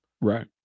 Right